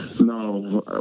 no